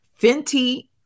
Fenty